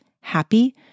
happy